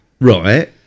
Right